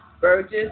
Burgess